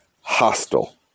hostile